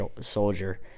soldier